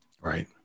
Right